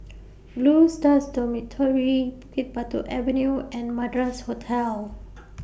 Blue Stars Dormitory Bukit Batok Avenue and Madras Hotel